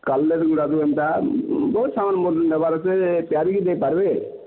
ଏନ୍ତା ବହୁତ୍ ସାମାନ୍ ମୋର୍ ନେବାର୍ ସେ ତିଆରିକି ଦେଇପାର୍ବେ